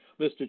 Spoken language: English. Mr